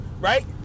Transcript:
right